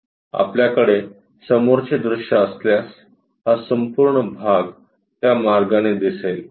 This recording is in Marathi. आपल्याकडे समोरचे दृश्य असल्यास हा संपूर्ण भाग त्या मार्गाने दिसेल